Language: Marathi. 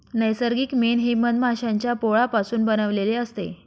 नैसर्गिक मेण हे मधमाश्यांच्या पोळापासून बनविलेले असते